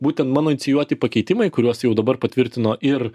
būtent mano inicijuoti pakeitimai kuriuos jau dabar patvirtino ir